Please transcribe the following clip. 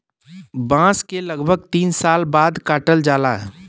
बांस के लगभग तीन साल बाद काटल जाला